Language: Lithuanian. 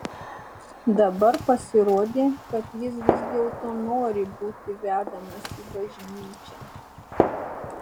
dabar pasirodė kad jis vis dėlto nori būti vedamas į bažnyčią